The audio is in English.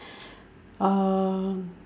um